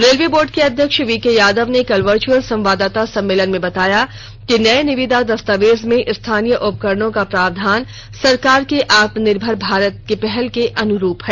railway board के अध्यक्ष V K Yadav ने कल वर्चुअल संवाददाता सम्मेलन में बताया कि नये निविदा दस्तावेज में स्थानीय उपकरणों का प्रावधान सरकार के आत्मनिर्भर भारत पहल के अनुरूप है